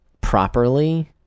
properly